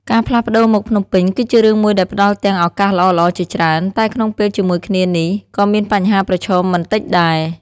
ការផ្លាស់ប្ដូរមកភ្នំពេញ គឺជារឿងមួយដែលផ្ដល់ទាំងឱកាសល្អៗជាច្រើន តែក្នុងពេលជាមួយគ្នានេះ ក៏មានបញ្ហាប្រឈមមិនតិចដែរ។